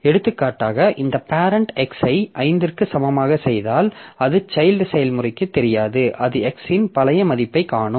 எடுத்துக்காட்டாக இந்த parent x ஐ 5 க்கு சமமாக செய்தால் அது சைல்ட் செயல்முறைக்கு தெரியாது அது x இன் பழைய மதிப்பைக் காணும்